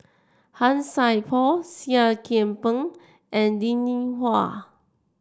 Han Sai Por Seah Kian Peng and Linn In Hua